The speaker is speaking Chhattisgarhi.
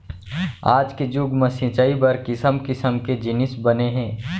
आज के जुग म सिंचई बर किसम किसम के जिनिस बने हे